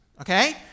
okay